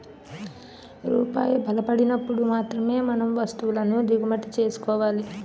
రూపాయి బలపడినప్పుడు మాత్రమే మనం వస్తువులను దిగుమతి చేసుకోవాలి